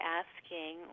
asking